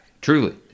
Truly